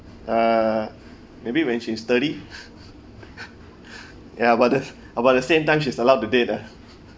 uh maybe when she is thirty ya about the about the same time she is allowed to date ah